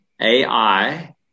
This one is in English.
AI